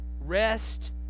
rest